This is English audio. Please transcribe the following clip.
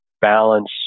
balance